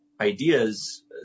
ideas